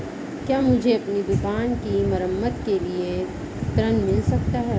क्या मुझे अपनी दुकान की मरम्मत के लिए ऋण मिल सकता है?